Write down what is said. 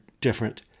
different